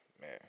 Man